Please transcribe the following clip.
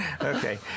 okay